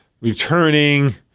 returning